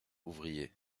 ouvrier